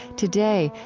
today,